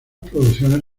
producciones